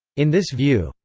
in this view,